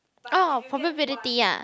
ah probability ah